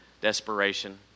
desperation